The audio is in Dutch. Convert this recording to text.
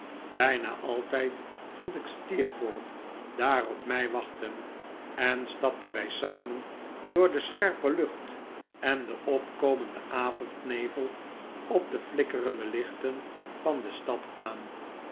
bijna altijd vond ik steerforth daar op mij wachten en stapten wij samen door de scherpe lucht en den opkomenden avondnevel op de flikkerende lichten van de stad aan